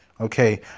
okay